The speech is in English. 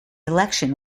election